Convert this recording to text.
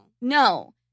No